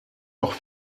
noch